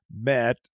met